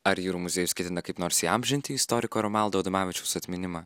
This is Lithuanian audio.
ar jūrų muziejus ketina kaip nors įamžinti istoriko romaldo adomavičiaus atminimą